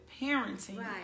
parenting